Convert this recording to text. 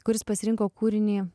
kuris pasirinko kūrinį